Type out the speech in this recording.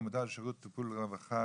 עמותה לשירות טיפול ורווחה,